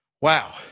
Wow